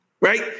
right